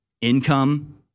Income